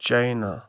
China